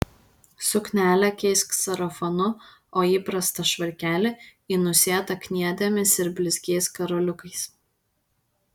suknelę keisk sarafanu o įprastą švarkelį į nusėtą kniedėmis ir blizgiais karoliukais